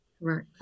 Right